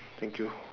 thank you